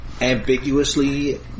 ambiguously